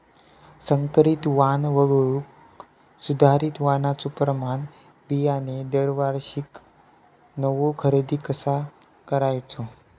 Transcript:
संकरित वाण वगळुक सुधारित वाणाचो प्रमाण बियाणे दरवर्षीक नवो खरेदी कसा करायचो?